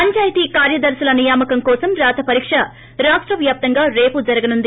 పంచాయతీ కార్యదర్పుల నియామకం కోసం రాత పరీక్ష రాష్ట వాప్తంగా రేపు జరగనుంది